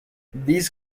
these